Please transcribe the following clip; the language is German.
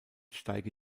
steige